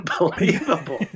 unbelievable